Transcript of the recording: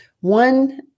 one